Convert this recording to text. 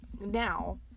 now